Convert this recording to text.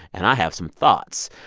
and i have some thoughts.